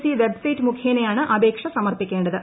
C website മുഖേനയാണ് അപേക്ഷ സമർപ്പിക്കേണ്ടത്